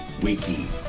Wiki